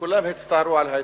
כולם הצטערו על העיתוי,